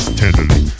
tenderly